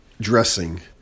dressing